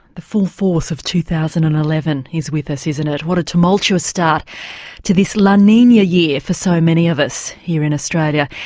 the full force of two thousand and eleven is with us, isn't it, what a tumultuous start to this la nina year for so many of us here in australia,